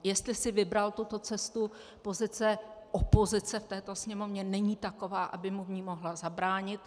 Jestli si vybral tuto cestu, pozice opozice v této Sněmovně není taková, aby mu v ní mohla zabránit.